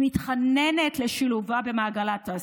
היא מתחננת לשילובה במעגל התעסוקה,